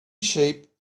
sheep